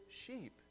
sheep